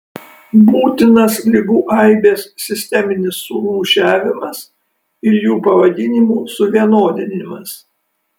būtinas ligų aibės sisteminis surūšiavimas ir jų pavadinimų suvienodinimas